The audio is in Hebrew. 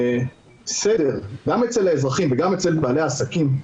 איזשהו סדר, גם אצל האזרחים וגם אצל בעלי העסקים,